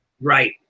Right